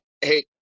hey